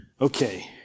okay